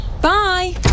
Bye